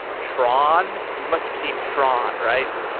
tron. you must've seen tron, right?